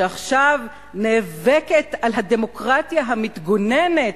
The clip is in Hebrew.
שעכשיו נאבקת על "הדמוקרטיה המתגוננת",